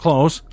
Close